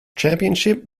championship